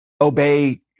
obey